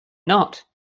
not